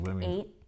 Eight